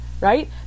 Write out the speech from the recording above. right